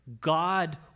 God